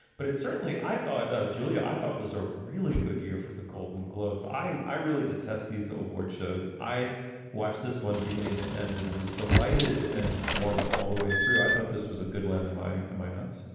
but it certainly i thought ah julia i thought was a really good year for the golden globes. i i really detest these awards shows. i watch this one beginning to end and was delighted and informed all the way through. i thought this was a good one. am i am i nuts?